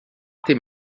dem